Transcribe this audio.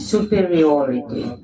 Superiority